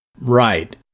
Right